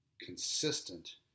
consistent